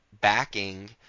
backing